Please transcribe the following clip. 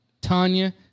Tanya